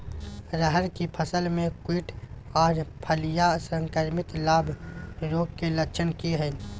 रहर की फसल मे कीट आर फलियां संक्रमित लार्वा रोग के लक्षण की हय?